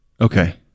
Okay